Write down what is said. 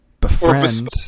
Befriend